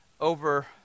over